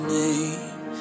name